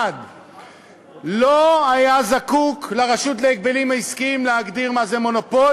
1. לא היה זקוק לרשות להגבלים העסקיים להגדיר מה זה מונופול,